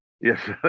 Yes